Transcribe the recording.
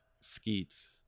skeets